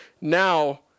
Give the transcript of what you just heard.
Now